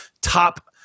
top